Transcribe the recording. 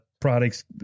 products